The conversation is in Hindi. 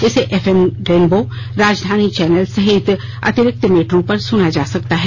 इसे एफएम रेनबो राजधानी चैनल सहित अतिरिक्त मीटरों पर सुना जा सकता है